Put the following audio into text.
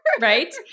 Right